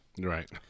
right